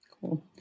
cool